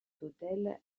hôtel